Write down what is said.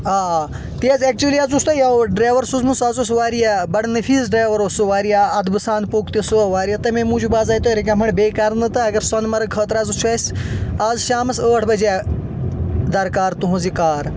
آ تی حظ یُس تۄہہِ یوٕ ڈرایور سوزوٗن سُہ اوس واریاہ بڑٕ نٔفیٖس ڈرایور اوس سُہ واریاہ ادبہٕ سان پوٚک سُہ تمے موجوٗب آزِ آیہِ تۄہہِ رِکمنڈ بیٚیہِ کرنہٕ اگر سۄنہٕ مٔرگ خأطرٕ حظ چُھ اَسہِ اَز شامس أٹھ بجے درکار تُہنٛز یہِ کار